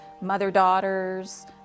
mother-daughters